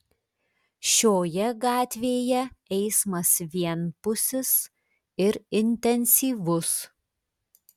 šioje gatvėje eismas vienpusis ir intensyvus